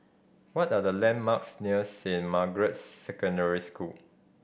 what are the landmarks near Saint Margaret's Secondary School